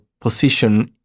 position